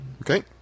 Okay